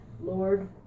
Lord